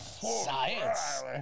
Science